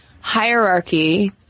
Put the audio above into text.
hierarchy